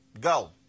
go